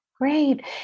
Great